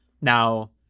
now